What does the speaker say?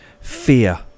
Fear